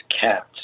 cats